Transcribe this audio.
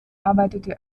arbeitete